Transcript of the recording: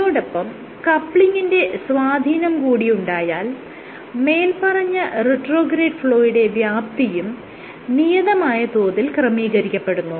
ഇതോടൊപ്പം കപ്ലിങിന്റെ സ്വാധീനം കൂടിയുണ്ടായാൽ മേല്പറഞ്ഞ റിട്രോഗ്രേഡ് ഫ്ലോയുടെ വ്യാപ്തിയും നിയതമായ തോതിൽ ക്രമീകരിക്കപ്പെടുന്നു